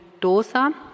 dosa